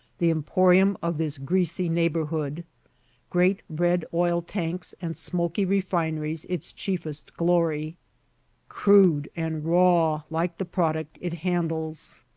the emporium of this greasy neighborhood great red oil-tanks and smoky refineries its chiefest glory crude and raw, like the product it handles.